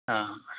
हा